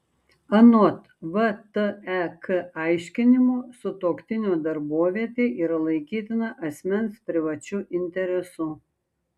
anot vtek aiškinimo sutuoktinio darbovietė yra laikytina asmens privačiu interesu